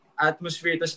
atmosphere